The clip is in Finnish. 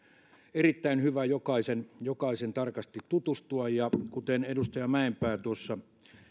erittäin hyvä jokaisen jokaisen tarkasti tutustua ja kuten edustaja mäenpää tuossa